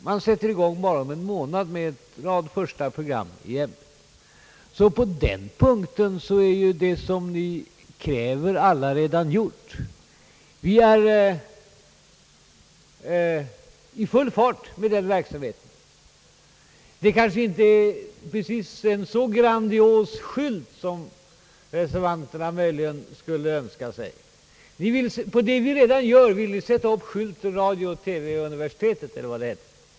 Man sätter i gång bara om en månad med ett första program i ämnet. På den punkten är därför det som ni kräver allaredan gjort. Vi är i full fart med den verksamheten. Vi har kanske inte precis en så grandios skylt som reservanterna möjligen skulle önska. På det vi redan gör vill ni sätta upp skylten radio-TV-universitetet eller vad det heter.